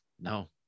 No